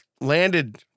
landed